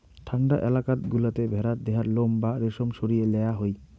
ঠান্ডা এলাকাত গুলাতে ভেড়ার দেহার লোম বা রেশম সরিয়ে লেয়া হই